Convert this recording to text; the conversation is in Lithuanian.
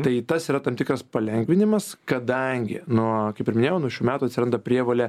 tai tas yra tam tikras palengvinimas kadangi nu kaip ir minėjau nuo šių metų atsiranda prievolė